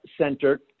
center